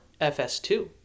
FS2